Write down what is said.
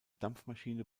dampfmaschine